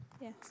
yes